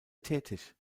tätig